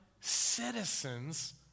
citizens